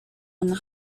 and